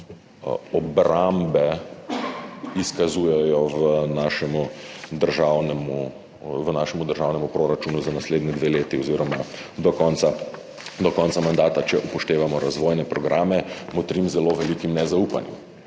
obrambe izkazujejo v našem državnem proračunu za naslednji dve leti oziroma do konca mandata, če upoštevamo razvojne programe, motrim z zelo velikim nezaupanjem,